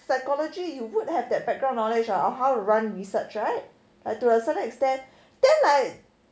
psychology you would have that background knowledge or how run research right up to a certain extent then like